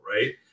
right